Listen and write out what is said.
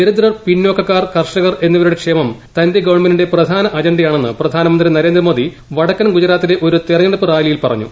ദരിദ്രർ പിന്നോക്കകാർ കർഷകർ എന്നിവരുടെ ക്ഷേമം തന്റെ ഗവൺമെന്റിന്റെ പ്രധാന അജണ്ടയാണെന്ന് പ്രധാനമന്ത്രി നരേന്ദ്രമോദി വടക്കൻ ഗുജറാത്തിലെ ഒരു തെരഞ്ഞെടുപ്പ് റാലിയിൽ പറഞ്ഞു